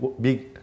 big